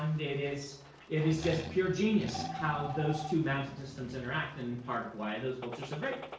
is and is just pure genius how those two magic systems interact, and part of why those books are so great.